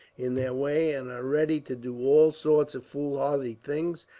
in their way, and are ready to do all sorts of foolhardy things,